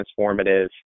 transformative